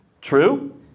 True